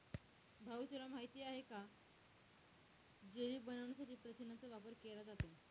भाऊ तुला माहित आहे का जेली बनवण्यासाठी प्रथिनांचा वापर केला जातो